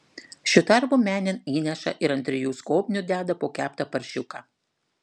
šiuo tarpu menėn įneša ir ant trijų skobnių deda po keptą paršiuką